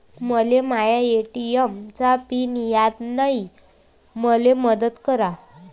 मले माया ए.टी.एम चा पिन याद नायी, मले मदत करा